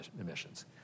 emissions